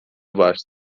var